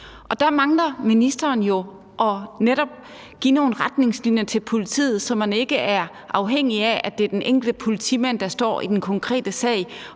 Og der mangler ministeren jo netop at give nogle retningslinjer til politiet, så man ikke er afhængig af, at det er den enkelte politimand, der står i den konkrete sag